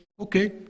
okay